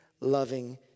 loving